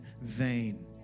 vain